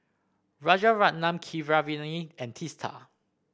Rajaratnam Keeravani and Teesta